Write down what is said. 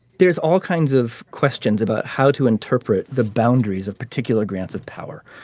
there's all kinds of questions about how to interpret the boundaries of particular grants of power.